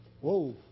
Whoa